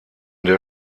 der